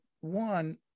one